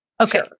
Okay